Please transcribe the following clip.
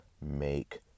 make